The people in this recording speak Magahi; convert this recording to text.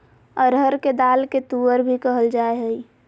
अरहर के दाल के तुअर भी कहल जाय हइ